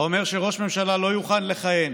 האומר שראש ממשלה לא יוכל לכהן